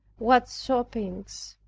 what sobbings!